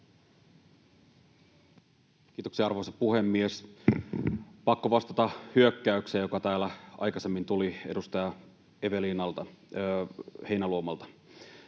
Kiitoksia, arvoisa puhemies! Pakko vastata hyökkäykseen, joka täällä aikaisemmin tuli edustaja Eveliina Heinäluomalta.